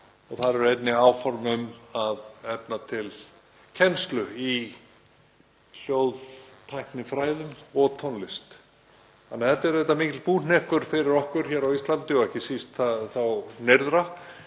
Þar eru einnig áform um að efna til kennslu í hljóðtæknifræðum og tónlist. Þannig að þetta er auðvitað mikill búhnykkur fyrir okkur hér á Íslandi og ekki síst þá nyrðra.